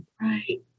right